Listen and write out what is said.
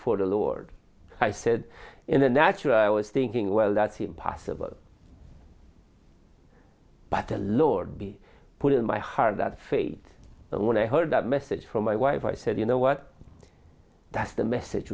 for the lord i said in a natural i was thinking well that's impossible but a lord be put in my heart that faith and when i heard that message from my wife i said you know what that's the message